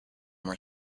were